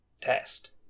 test